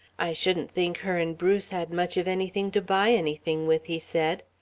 i shouldn't think her and bruce had much of anything to buy anything with, he said.